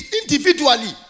individually